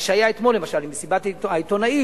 מה שהיה אתמול למשל במסיבת העיתונאים,